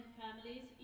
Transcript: families